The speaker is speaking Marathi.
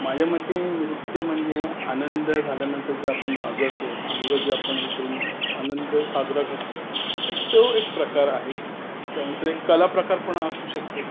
माझ्या मते नृत्य म्हणजे आनंद झाल्यानंतर जर आपण बागडतो अंग जे आपण हे करून आनंद साजरा करतो तर तो एक प्रकार आहे त्यानंतर एक कलाप्रकार पण असू शकतो